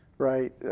right.